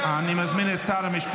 היושב-ראש.